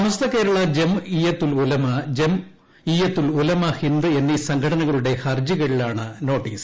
സമസ്ത കേരള ജംഇയ്യത്തുൽ ഉലമ ജംഇയ്യത്തുൽ ഉലമ ഹിന്ദ് എന്നീ സംഘടനകളുടെ ഹർജികളിലാണ് നോട്ടീസ്